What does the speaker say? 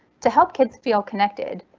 to help kids feel connected,